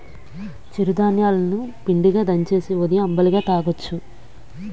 చిరు ధాన్యాలు ని పిండిగా దంచేసి ఉదయం అంబలిగా తాగొచ్చును